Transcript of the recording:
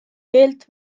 keelt